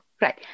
Right